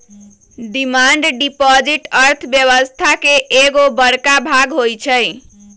demand deposit अर्थव्यवस्था के एगो बड़का भाग होई छै